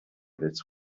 that